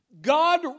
God